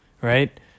right